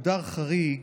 חריג,